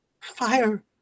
Fire